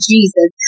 Jesus